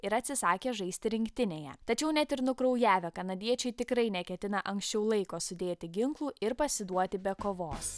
ir atsisakė žaisti rinktinėje tačiau net ir nukraujavę kanadiečiai tikrai neketina anksčiau laiko sudėti ginklų ir pasiduoti be kovos